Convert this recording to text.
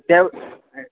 त्या